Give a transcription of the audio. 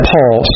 Paul